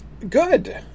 Good